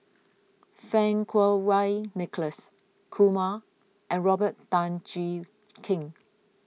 Fang Kuo Wei Nicholas Kumar and Robert Tan Jee Keng